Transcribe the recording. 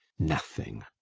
nothing,